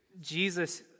jesus